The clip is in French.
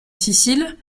sicile